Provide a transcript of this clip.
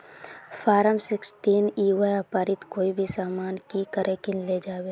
Form sixteen ई व्यापारोत कोई भी सामान की करे किनले जाबे?